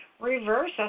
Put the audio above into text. reverse